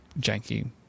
janky